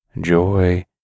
joy